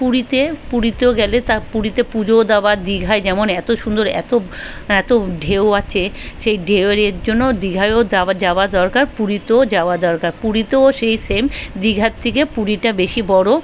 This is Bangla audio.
পুরীতে পুরীতেও গেলে তা পুরীতে পুজো দেওয়ার দীঘায় যেমন এত সুন্দর এত এত ঢেউ আছে সেই ঢেউয়ের এর জন্যও দীঘায়ও যাওয়া যাওয়ার দরকার পুরীতেও যাওয়া দরকার পুরীতেও সেই সেম দীঘার থেকে পুরীটা বেশি বড়